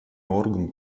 орган